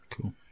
Cool